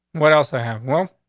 what else? i have one.